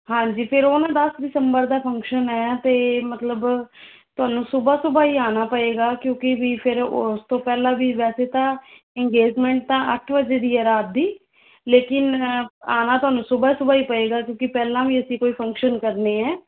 ਹਾਂਜੀ ਫੇਰ ਉਹ ਨਾ ਦਸ ਦਿੰਸਬਰ ਦਾ ਫ਼ੰਕਸ਼ਨ ਹੈ ਅਤੇ ਮਤਲਬ ਤੁਹਾਨੂੰ ਸੁਬ੍ਹਾ ਸੁਬ੍ਹਾ ਈ ਆਣਾ ਪਏਗਾ ਕਿਉਂਕਿ ਵੀ ਫੇਰ ਓਸ ਤੋਂ ਪਹਿਲਾਂ ਵੀ ਵੈਸੇ ਤਾਂ ਇੰਗੇਜਮੈਂਟ ਤਾਂ ਅੱਠ ਵਜੇ ਦੀ ਹੈ ਰਾਤ ਦੀ ਲੇਕਿਨ ਆਉਣਾ ਤੁਹਾਨੂੰ ਸੁਬ੍ਹਾ ਸੁਬ੍ਹਾ ਹੀ ਪਏਗਾ ਕਿਉਂਕਿ ਪਹਿਲਾਂ ਵੀ ਅਸੀਂ ਕੋਈ ਫ਼ੰਕਸ਼ਨ ਕਰਨੇ ਹੈ